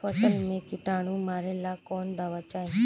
फसल में किटानु मारेला कौन दावा चाही?